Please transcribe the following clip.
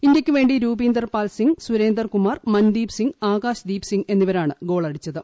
ഇന്തൃക്ക് വേണ്ടി രൂപീന്ദർ പാൽസിംഗ് സുരേന്ദർ കുമാർ മൻദീപ് സിംഗ് ആകാശ് ദീപ് സിംഗ് എന്നിവരാണ് ഗോളടിച്ചത്